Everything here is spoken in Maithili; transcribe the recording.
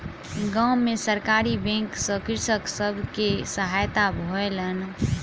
गाम में सरकारी बैंक सॅ कृषक सब के सहायता भेलैन